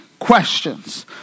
Questions